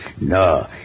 No